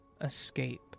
escape